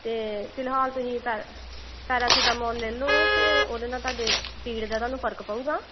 ਅਤੇ ਫਿਲਹਾਲ ਤੁਸੀਂ ਪੈਰਾ ਪੈਰਾਸੀਟਾਮੌਲ ਲੈ ਲਓ ਤਾਂ ਉਹਦੇ ਨਾਲ ਤੁਹਾਡੇ ਪੀੜ ਦਾ ਤੁਹਾਨੂੰ ਫ਼ਰਕ ਪਊਗਾ